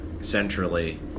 centrally